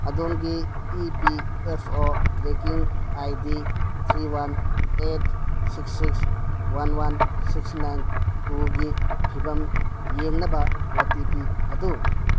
ꯑꯗꯣꯝꯒꯤ E P F O ꯇ꯭ꯔꯦꯛꯀꯤꯡ I D three one eight six six one one six nine ꯇꯨꯒꯤ ꯐꯤꯕꯝ ꯌꯦꯡꯅꯕ ꯑꯣ ꯇꯤ ꯄꯤ ꯑꯗꯨ